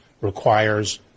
requires